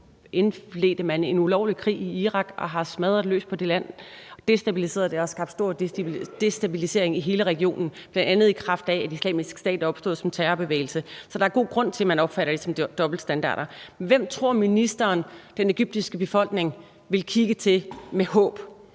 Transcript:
indledte man en ulovlig krig i Irak og har smadret løs på det land. Det har skabt stor destabilisering i hele regionen, bl.a. i kraft af at Islamisk Stat er opstået som terrorbevægelse. Så der er god grund til, at man opfatter det som dobbeltstandarder. Hvem tror ministeren den egyptiske befolkning vil kigge til med håb?